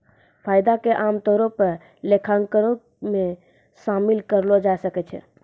फायदा के आमतौरो पे लेखांकनो मे शामिल करलो जाय सकै छै